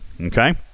okay